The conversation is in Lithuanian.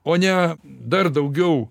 o ne dar daugiau